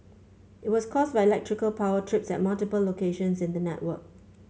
it was caused by electrical power trips at multiple locations in the network